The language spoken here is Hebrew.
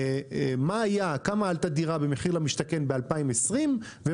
צריך לראות כמה עלתה דירה במחיר למשתכן ב-2020 ומה